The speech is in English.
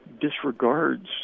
disregards